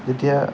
যেতিয়া